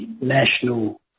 National